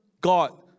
God